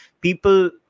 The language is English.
People